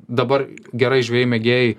dabar gerai žvejai mėgėjai